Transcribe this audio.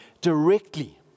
directly